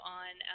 on